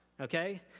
Okay